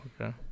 Okay